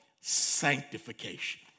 sanctification